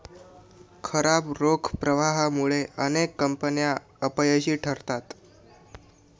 खराब रोख प्रवाहामुळे अनेक कंपन्या अपयशी ठरतात